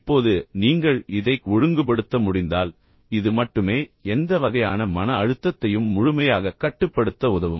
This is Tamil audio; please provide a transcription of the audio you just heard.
இப்போது நீங்கள் இதைக் ஒழுங்குபடுத்த முடிந்தால் இது மட்டுமே எந்த வகையான மன அழுத்தத்தையும் முழுமையாகக் கட்டுப்படுத்த உதவும்